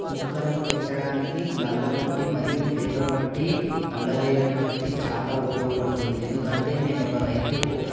మొక్కలను పెంచడానికి నల్ల మట్టి మరియు ఎర్ర మట్టి నల్లరేగడి మట్టి చాలా ఉపయోగపడుతుంది ఎందుకంటే నేను ఒక రైతుకు